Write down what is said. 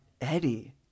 Eddie